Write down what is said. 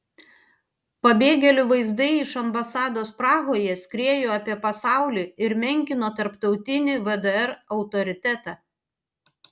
pabėgėlių vaizdai iš ambasados prahoje skriejo apie pasaulį ir menkino tarptautinį vdr autoritetą